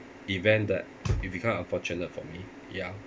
event that it become unfortunate for me ya